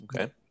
Okay